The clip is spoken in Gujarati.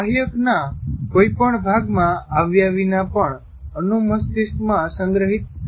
બાહ્યકના કોઈ પણ ભાગમાં આવ્યા વિના પણ અનુ મસ્તિષ્ક માં સંગ્રહિત થાય છે